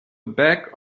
back